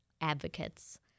advocates